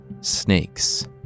snakes